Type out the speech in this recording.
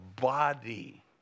body